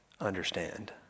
understand